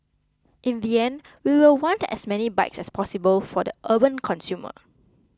in the end we will want as many bikes as possible for the urban consumer